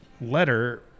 letter